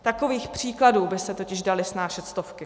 Takových příkladů by se totiž daly snášet stovky.